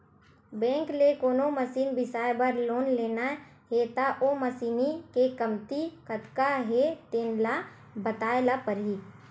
bank ले कोनो machine बिसाए बर लोन लेना हे त ओ मसीनी के कीमत कतका हे तेन ल बताए ल परही